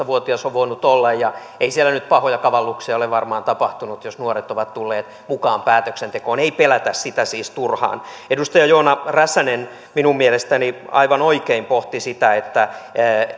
vuotias on voinut olla mukana ei siellä nyt pahoja kavalluksia ole varmaan tapahtunut jos nuoret ovat tulleet mukaan päätöksentekoon ei pelätä sitä siis turhaan edustaja joona räsänen minun mielestäni aivan oikein pohti sitä että